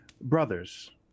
Brothers